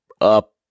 up